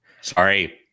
Sorry